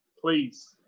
Please